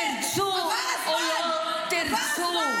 תרצו או לא תרצו.